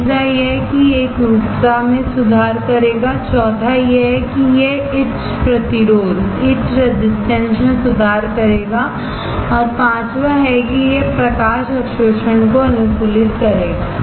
तीसरा यह है कि यह एकरूपता में सुधार करेगा चौथा यह है कि यह ईच प्रतिरोध में सुधार करेगा और पांचवां है कि यह प्रकाश अवशोषण को अनुकूलित करेगा